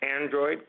Android